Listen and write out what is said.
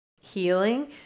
healing